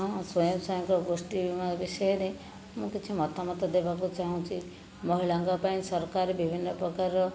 ହଁ ସ୍ଵୟଂ ସହାୟକ ଗୋଷ୍ଠୀ ବିଷୟରେ ମୁଁ କିଛି ମତାମତ ଦେବାକୁ ଚାହୁଁଛି ମହିଳାଙ୍କ ପାଇଁ ସରକାର ବିଭିନ୍ନ ପ୍ରକାର